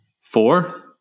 Four